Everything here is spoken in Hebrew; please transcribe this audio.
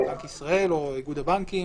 שבנק ישראל או איגוד הבנקים